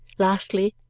lastly,